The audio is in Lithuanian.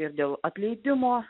ir dėl atleidimo